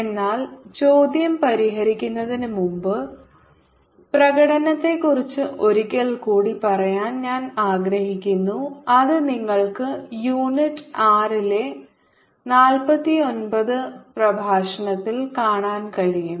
എന്നാൽ ചോദ്യം പരിഹരിക്കുന്നതിന് മുമ്പ് പ്രകടനത്തെക്കുറിച്ച് ഒരിക്കൽ കൂടി പറയാൻ ഞാൻ ആഗ്രഹിക്കുന്നു അത് നിങ്ങൾക്ക് യൂണിറ്റ് ആറിലെ നാൽപത്തിയൊമ്പത് പ്രഭാഷണത്തിൽ കാണാൻ കഴിയും